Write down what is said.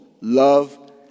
love